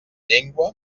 llengua